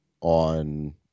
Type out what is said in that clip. on